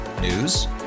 News